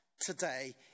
today